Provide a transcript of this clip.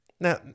Now